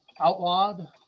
Outlawed